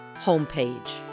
homepage